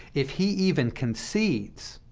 if he even concedes,